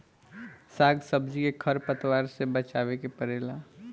साग सब्जी के खर पतवार से बचावे के पड़ेला